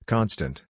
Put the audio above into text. Constant